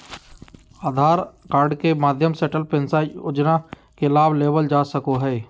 आधार card के माध्यम से अटल पेंशन योजना के लाभ लेवल जा सको हय